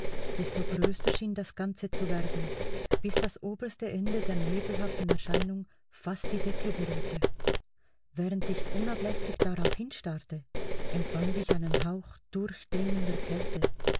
desto größer schien das ganze zu werden bis das oberste ende der nebelhaften erscheinung fast die decke berührte während ich unablässig darauf hinstarrte empfand ich einen hauch durchdringender kälte